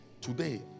today